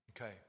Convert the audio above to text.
Okay